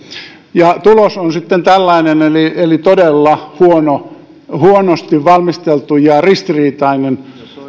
tulos on sitten tällainen eli eli todella huonosti valmisteltu ja ristiriitainen